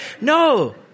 No